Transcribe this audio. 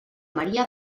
maria